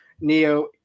Neo